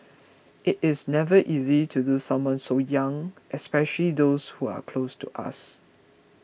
it is never easy to lose someone so young especially those who are close to us